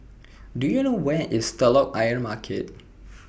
Do YOU know Where IS Telok Ayer Market